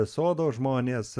sodo žmonės